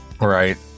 Right